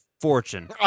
fortune